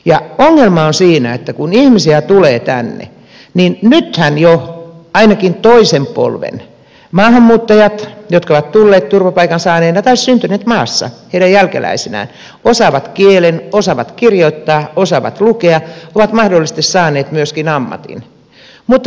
ongelma on siinä että kun ihmisiä tulee tänne niin nythän jo ainakin toisen polven maahanmuuttajat jotka ovat tulleet turvapaikan saaneina tai syntyneet maassa heidän jälkeläisinään osaavat kielen osaavat kirjoittaa osaavat lukea ovat mahdollisesti saaneet myöskin ammatin mutta he eivät saa työtä